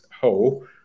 hole